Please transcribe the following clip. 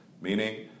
Meaning